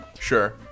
sure